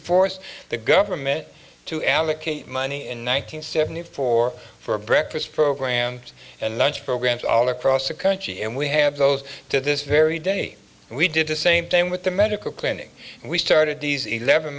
forced the government to allocate money in one thousand nine hundred eighty four for breakfast programs and lunch programs all across the country and we have those to this very day we did the same thing with the medical clinic we started these eleven